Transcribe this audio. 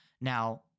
Now